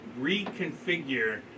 reconfigure